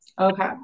Okay